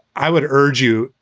i would urge you,